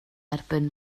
erbyn